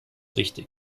wichtig